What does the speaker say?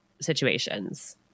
situations